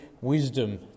wisdom